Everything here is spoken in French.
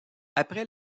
après